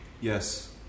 Yes